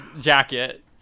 jacket